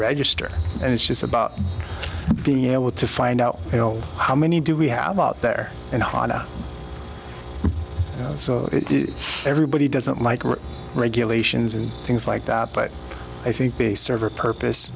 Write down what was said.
register and it's just about being able to find out you know how many do we have out there and hina so everybody doesn't like regulations and things like that but i think serve a purpose